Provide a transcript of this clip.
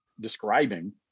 describing